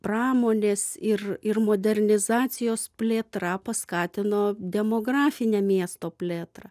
pramonės ir ir modernizacijos plėtra paskatino demografinę miesto plėtrą